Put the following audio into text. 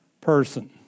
person